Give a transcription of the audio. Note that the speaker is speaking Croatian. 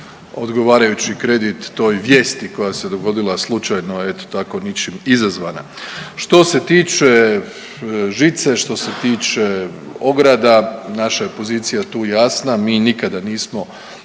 odgovarajući kredit toj vijesti koja se dogodila slučajno, eto tako ničim izazvana. Što se tiče žice, što se tiče ograda naša je pozicija tu jasna. Mi nikada nismo